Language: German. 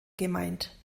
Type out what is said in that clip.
gemeint